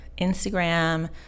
Instagram